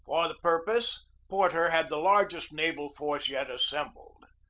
for the purpose porter had the largest naval force yet assembled.